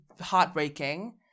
heartbreaking